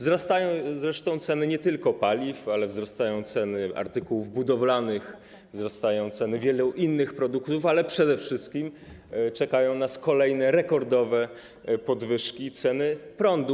Zresztą wzrastają ceny nie tylko paliw, ale wzrastają też ceny artykułów budowlanych, wzrastają ceny wielu innych produktów, ale przede wszystkim czekają nas kolejne rekordowe podwyżki ceny prądu.